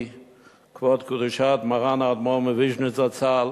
כבוד קדושת מרן האדמו"ר מוויז'ניץ' זצ"ל